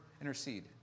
intercede